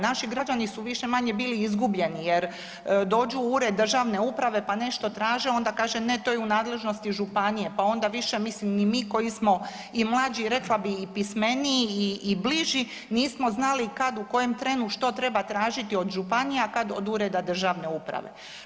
Naši građani su više-manje bili izgubljeni jer dođu u ured državne uprave pa nešto traže, onda kaže, ne to je u nadležnosti županije, pa onda više mislim i mi koji smo i mlađi i rekla bih i pismeniji i bliži, nismo znali kad u kojem trenu što treba tražiti od županija, a kad od ureda državne uprave.